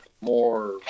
more